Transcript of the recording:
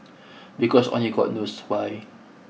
because only god knows why